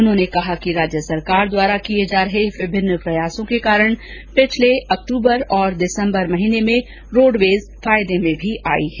उन्होंने कहा कि राज्य सरकार द्वारा किए जा रहे विभिन्न प्रयासों के कारण पिछले अक्टूबर और दिसम्बर में रोडवेज फायदे में भी आई है